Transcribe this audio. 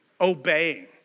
obeying